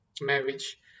marriage